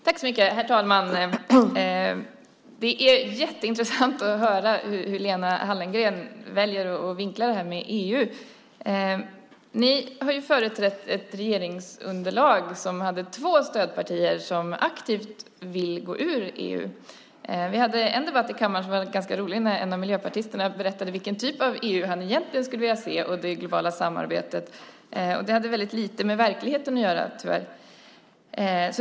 Herr talman! Det är jätteintressant att höra hur Lena Hallengren väljer att vinkla det här med EU. Ni har ju företrätt ett regeringsunderlag med två stödpartier som aktivt vill gå ur EU. Vi hade en ganska rolig debatt i kammaren när en av miljöpartisterna berättade vilken typ av EU och vilket globalt samarbete han egentligen skulle vilja se. Det hade väldigt lite med verkligheten att göra, tyvärr.